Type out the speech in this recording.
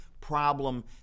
problem